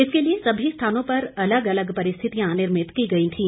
इसके लिए सभी स्थानों पर अलग अलग परिस्थितियां निर्मित की गई थी